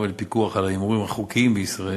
ולפיקוח על ההימורים החוקיים בישראל,